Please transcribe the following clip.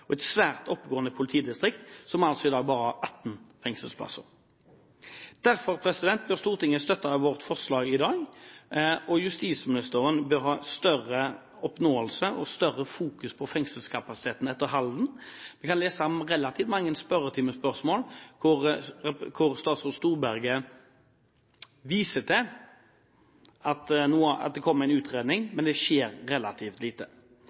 og et svært oppegående politidistrikt er det bare 18 fengselsplasser. Derfor bør Stortinget støtte vårt forslag i dag, og justisministeren bør ha større oppnåelse og fokus på fengselskapasitet etter Halden. Vi kan lese relativt mange spørretimespørsmål hvor statsråd Storberget viser til at det kommer en utredning, men det skjer relativt lite.